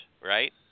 right